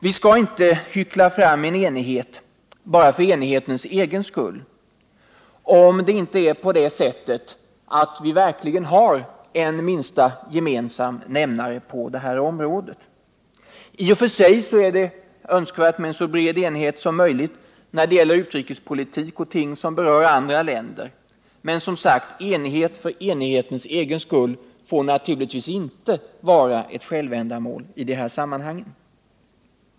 Vi skall inte hyckla fram en enighet bara för enighetens egen skull, om det inte verkligen finns en minsta gemensam nämnare på detta område. I och för sig är det alltid önskvärt med så bred enighet som möjligt när det gäller utrikespolitik och ting som berör andra länder, men enigheten får som sagt naturligtvis inte bli ett självändamål i detta sammanhang.